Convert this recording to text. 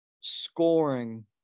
scoring